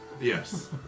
Yes